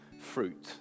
fruit